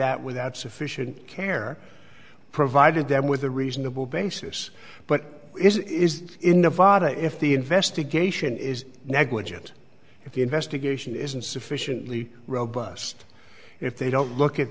at without sufficient care provided them with a reasonable basis but it is in nevada if the investigation is negligent if the investigation isn't sufficiently robust if they don't look at